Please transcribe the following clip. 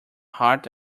heart